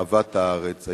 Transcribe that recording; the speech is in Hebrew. אהבת הארץ,